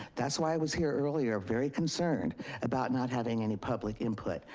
that's why i was here earlier very concerned about not having any public input.